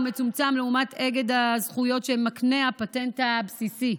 מצומצם לעומת אגד הזכויות שמקנה הפטנט הבסיסי.